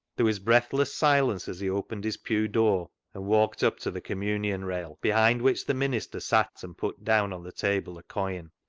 there was breathless silence as he opened his pew door and walked up to the communion-rail, behind which the minister sat, and put down on the table a coin.